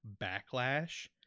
backlash